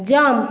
jump